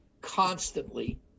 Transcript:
constantly